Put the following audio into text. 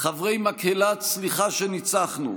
חברי מקהלת "סליחה שניצחנו",